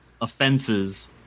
offenses